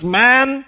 man